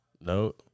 No